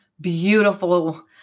beautiful